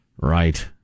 Right